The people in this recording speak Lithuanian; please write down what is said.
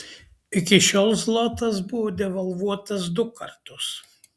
iki šiol zlotas buvo devalvuotas du kartus